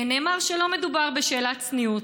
נאמר שלא מדובר בשאלת צניעות.